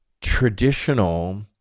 traditional